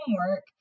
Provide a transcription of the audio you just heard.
homework